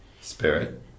spirit